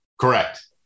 Correct